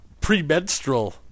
pre-menstrual